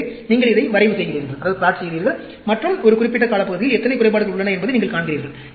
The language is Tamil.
எனவே நீங்கள் இதை வரைவு செய்கிறீர்கள் மற்றும் ஒரு குறிப்பிட்ட காலப்பகுதியில் எத்தனை குறைபாடுகள் உள்ளன என்பதை நீங்கள் காண்கிறீர்கள்